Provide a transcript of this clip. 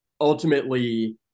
Ultimately